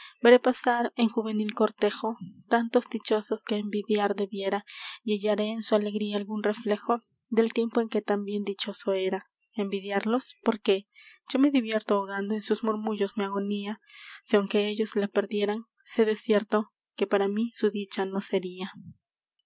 veré pasar en juvenil cortejo tantos dichosos que envidiar debiera y hallaré en su alegría algun reflejo del tiempo en que tambien dichoso era envidiarlos por qué yo me divierto ahogando en sus murmullos mi agonía si aunque ellos la perdieran sé de cierto que para mí su dicha no sería